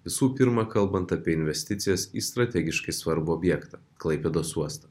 visų pirma kalbant apie investicijas į strategiškai svarbų objektą klaipėdos uostą